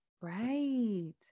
right